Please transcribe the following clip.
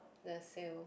the sale